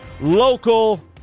local